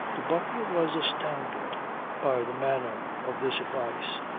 the butler was astounded by the manner of this advice,